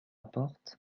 porte